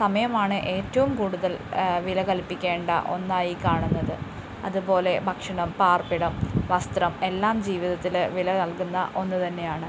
സമയമാണ് ഏറ്റവും കൂടുതൽ വില കൽപ്പിക്കേണ്ട ഒന്നായി കാണുന്നത് അതുപോലെ ഭക്ഷണം പാർപ്പിടം വസ്ത്രം എല്ലാം ജീവിതത്തിൽ വില നൽകുന്ന ഒന്ന് തന്നെയാണ്